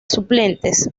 suplentes